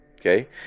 Okay